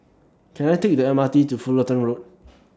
Can I Take The M R T to Fullerton Road